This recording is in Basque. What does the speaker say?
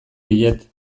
diet